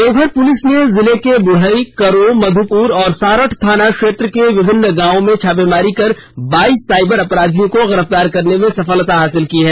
Deoghar police ने जिले के बुढ़ई करो मध्यपुर और सारठ थाना क्षेत्र के विभिन्न गांवों में छापेमारी कर बाइस साइबर अपराधियों को गिरफ्तार करने में सफलता हासिल की है